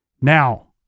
Now